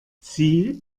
sie